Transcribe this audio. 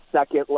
second –